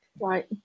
Right